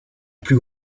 plus